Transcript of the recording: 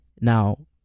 Now